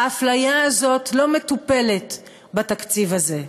האפליה הזאת לא מטופלת בתקציב הזה.